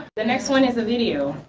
the next one is a video.